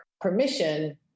permission